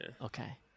Okay